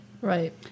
right